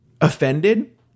offended